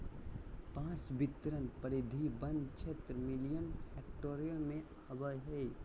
बांस बितरण परिधि वन क्षेत्र मिलियन हेक्टेयर में अबैय हइ